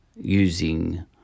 using